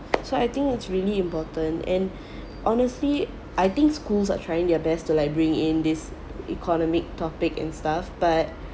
so I think it's really important and honestly I think schools are trying their best to like bring in this economic topic and stuff but